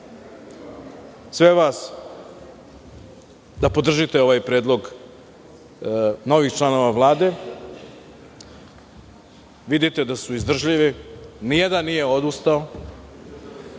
sve vas da podržite ovaj predlog novih članova Vlade. Vidite da su izdržljivi. Ni jedan nije odustao,